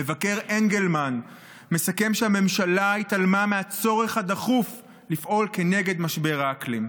המבקר אנגלמן מסכם שהממשלה התעלמה מהצורך הדחוף לפעול כנגד משבר האקלים.